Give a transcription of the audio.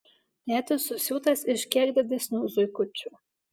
tėtis susiūtas iš kiek didesnių zuikučių